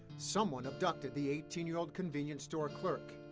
someone abducted the eighteen year old convenient store clerk.